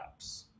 apps